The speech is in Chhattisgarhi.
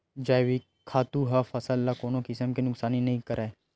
जइविक खातू ह फसल ल कोनो किसम के नुकसानी नइ करय